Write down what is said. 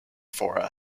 for